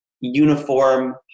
uniform